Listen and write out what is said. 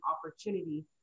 opportunity